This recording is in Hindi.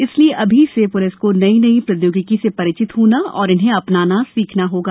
इसलिए अभी से पुलिस को नई नई प्रौद्योगिकी से परिचित होना होगा और उन्हें अपनाना सीखना होगा